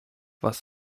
was